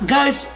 Guys